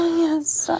yes